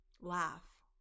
laugh